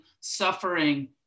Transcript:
suffering